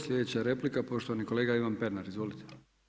Sljedeća je replika poštovani kolega Ivan Pernar, izvolite.